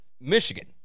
Michigan